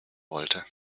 wollte